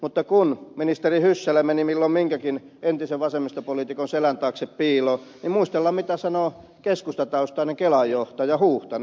mutta kun ministeri hyssälä meni milloin minkäkin entisen vasemmistopoliitikon selän taakse piiloon niin muistellaan mitä sanoi keskustataustainen kelan johtaja huuhtanen